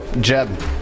Jeb